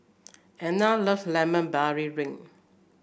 Anne love Lemon Barley wink